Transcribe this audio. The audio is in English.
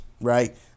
Right